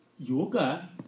Yoga